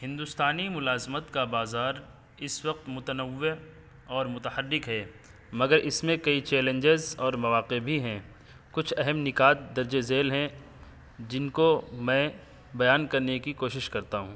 ہندوستانی ملازمت کا بازار اس وقت متنوع اور متحرک ہے مگر اس میں کئی چیلنجز اور مواقع بھی ہیں کچھ اہم نکات درج ذیل ہیں جن کو میں بیان کرنے کی کوشش کرتا ہوں